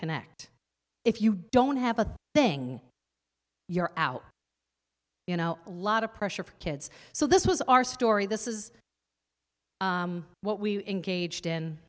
connect if you don't have a thing you're out you know a lot of pressure for kids so this was our story this is what we engaged in